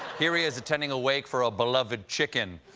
here he is attending a wake for a beloved chicken.